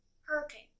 hurricane